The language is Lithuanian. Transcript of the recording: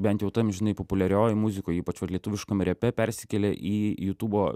bent jau tam žinai populiariojoj muzikoj ypač vat lietuviškam repe persikėlė į jutubo